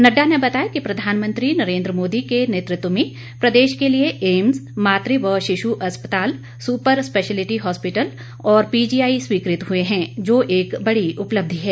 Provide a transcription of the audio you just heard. नड्डा ने बताया कि प्रधानमंत्री नरेंद्र मोदी के नेतृत्व में प्रदेश के लिए एम्स मातृ व शिशु अस्पताल सुपर स्पेशलिटी हॉस्पिटल और पीजीआई स्वीकृत हुए है जो एक बड़ी उपलब्धि है